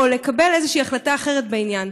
או לקבל איזושהי החלטה אחרת בעניין.